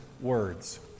words